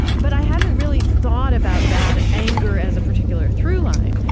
but i hadn't really thought about that anger as a particular through-line,